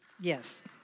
Yes